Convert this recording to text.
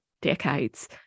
decades